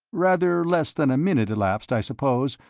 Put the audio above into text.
rather less than a minute elapsed, i suppose,